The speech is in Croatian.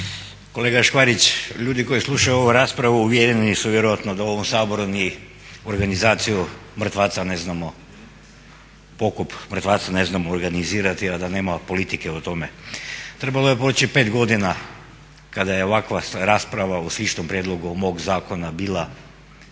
Kolega Škvarić, ljudi koji slušaju ovu raspravu uvjereni su vjerojatno da u ovom Saboru mi o organizaciji mrtvaca ne znamo, pokop mrtvaca ne znamo organizirati a da nema politike u tome. Trebalo je proći pet godina kada je ovakva rasprava o istom prijedlogu mog zakona bila da